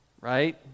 right